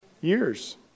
years